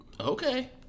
Okay